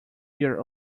year